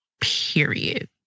period